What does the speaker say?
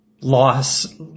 loss